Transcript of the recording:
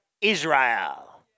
Israel